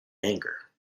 anger